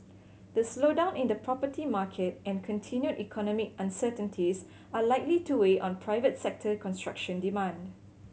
the slowdown in the property market and continued economic uncertainties are likely to weigh on private sector construction demand